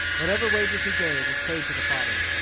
whatever wages he gave was paid to the father.